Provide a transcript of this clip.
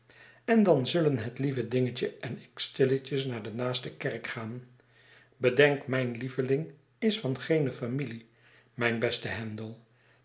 en dan zullen het lieve dingetje en ik stilletjes naar de naaste kerk gaan bedenk mijn beveling is van geene familie mijn beste handel